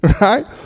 right